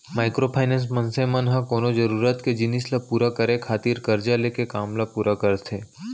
micro finance, मनसे मन ह कोनो जरुरत के जिनिस मन ल पुरा करे खातिर करजा लेके काम ल पुरा करथे